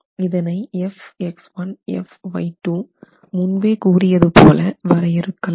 இதனை Fx1 Fy2 முன்பே கூறியது போல வரையறுக்கலாம்